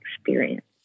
experience